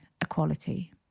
equality